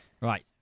right